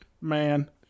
Man